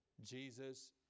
Jesus